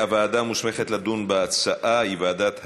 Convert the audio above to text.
הוועדה המוסמכת לדון בהצעה היא ועדת החינוך,